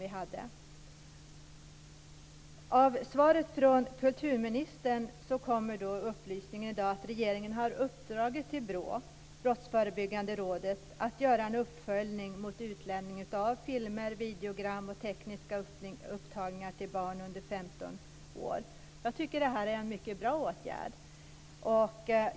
I svaret från kulturministern kommer i dag upplysningen att regeringen har uppdragit åt Brottsförebyggande rådet att göra en uppföljning av utlämning av filmer, videogram och tekniska upptagningar till barn under 15 år. Jag tycker att det är en mycket bra åtgärd.